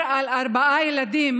שמדובר על ארבעה ילדים.